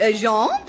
Jean